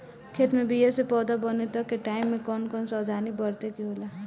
खेत मे बीया से पौधा बने तक के टाइम मे कौन कौन सावधानी बरते के होला?